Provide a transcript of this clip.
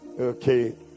okay